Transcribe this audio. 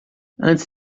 antes